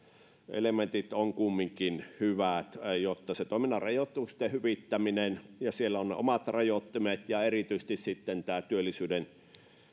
elementit ovat kumminkin hyvät toiminnan rajoitusten hyvittäminen siellä on ne omat rajoittimet erityisesti hyvä on sitten tämä työllisyyden